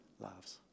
lives